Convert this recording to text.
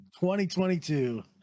2022